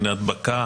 הדבקה